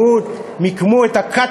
וההיסטוריונים של התרבות מיקמו את ה-cut